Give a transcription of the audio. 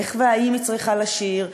איך והאם היא צריכה לשיר,